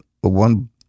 one